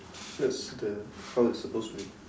that's the how it's supposed to be